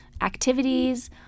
activities